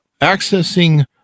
accessing